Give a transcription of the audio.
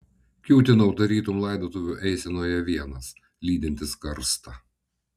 kiūtinau tarytum laidotuvių eisenoje vienas lydintis karstą